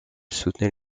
soutenait